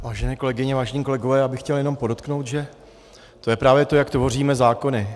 Vážené kolegyně, vážení kolegové, já bych chtěl jenom podotknout, že to je právě to, jak tvoříme zákony.